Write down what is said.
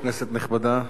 כנסת נכבדה,